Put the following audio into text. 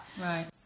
right